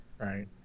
right